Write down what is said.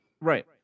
Right